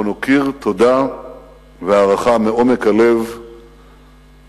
אנחנו נכיר תודה והערכה מעומק הלב לכם,